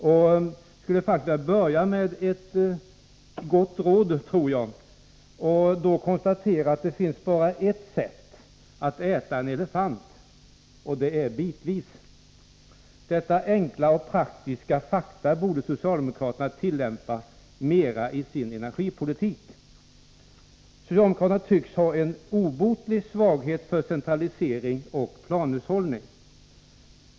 Men jag skulle vilja börja med ett gott råd, som bygger på konstaterandet att det finns bara ett sätt att äta en elefant, och det är bitvis. Detta enkla och praktiska faktum borde socialdemokraterna tillämpa mera i sin energipolitik. Socialdemokraterna tycks ha en obotlig svaghet för centralisering och planhushållning.